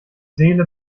seele